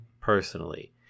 personally